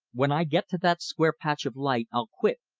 when i get to that square patch of light, i'll quit,